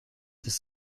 this